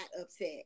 upset